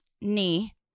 knee